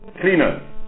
cleaner